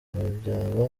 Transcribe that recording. byaba